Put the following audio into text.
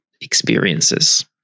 experiences